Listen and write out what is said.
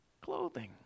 clothing